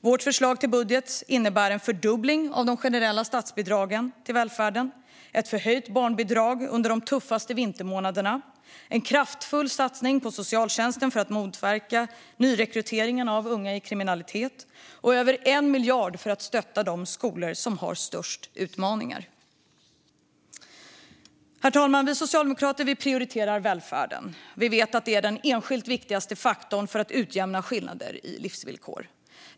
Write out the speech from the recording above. Vårt förslag till budget innebär en fördubbling av de generella statsbidragen till välfärden, ett förhöjt barnbidrag under de tuffa vintermånaderna, en kraftfull satsning på socialtjänsten för att motverka nyrekryteringen av unga till kriminalitet och över 1 miljard för att stötta de skolor som har störst utmaningar. Herr talman! Vi socialdemokrater prioriterar välfärden, för vi vet att det är den enskilt viktigaste faktorn för att utjämna skillnader i livsvillkor.